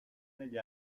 negli